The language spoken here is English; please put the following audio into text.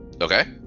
Okay